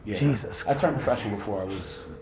jesus. i turned professional before i was,